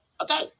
Okay